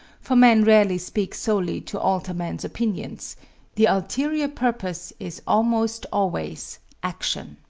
for men rarely speak solely to alter men's opinions the ulterior purpose is almost always action.